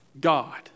God